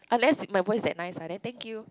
unless my voice is that nice lah then thank you